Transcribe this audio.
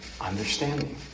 understanding